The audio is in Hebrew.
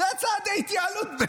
זה צעדי התייעלות?